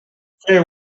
feu